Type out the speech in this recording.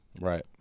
Right